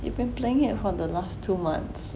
you have been playing it for the last two months